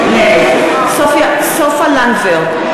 נגד סופה לנדבר,